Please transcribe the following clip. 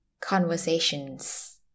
conversations